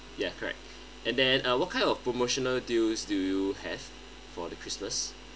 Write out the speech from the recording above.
ya correct and then uh what kind of promotional deals do you have for the christmas